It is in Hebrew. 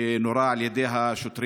הוא נורה על ידי השוטרים.